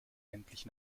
endlich